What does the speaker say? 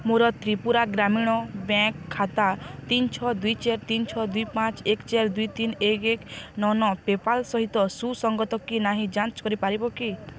ମୋର ତ୍ରିପୁରା ଗ୍ରାମୀଣ ବ୍ୟାଙ୍କ୍ ଖାତା ତିନି ଛଅ ଦୁଇ ଚାରି ତିନି ଛଅ ଦୁଇ ପାଞ୍ଚ ଏକ ଚାରି ଦୁଇ ତିନି ଏକ ଏକ ନଅ ନଅ ପେପାଲ୍ ସହିତ ସୁସଙ୍ଗତ କି ନାହିଁ ଯାଞ୍ଚ କରିପାରିବ କି